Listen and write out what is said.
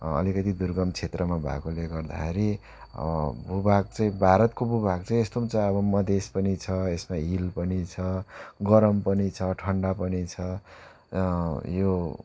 अलिकति दुर्गम क्षेत्रमा भएकोले गर्दाखेरि भूभाग चाहिँ भारतको भूभाग चाहिँ यस्तो पनि छ अब मधेस पनि छ यसमा हिल पनि छ गरम पनि छ ठन्डा पनि छ यो